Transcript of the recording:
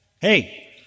hey